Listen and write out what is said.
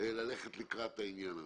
ללכת לקראת העניין הזה?